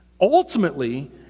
Ultimately